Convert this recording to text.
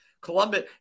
Columbus